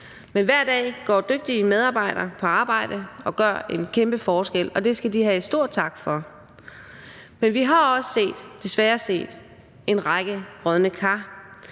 dem. Hver dag går dygtige medarbejdere på arbejde og gør en kæmpe forskel, og det skal de have en stor tak for, men vi har desværre også set en række brodne kar,